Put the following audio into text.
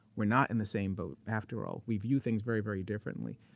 we're not in the same boat after all. we view things very, very differently.